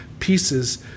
pieces